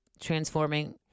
transforming